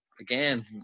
again